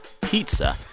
pizza